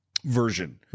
version